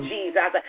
Jesus